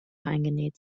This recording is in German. eingenäht